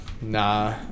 Nah